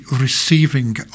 receiving